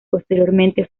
posteriormente